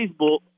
Facebook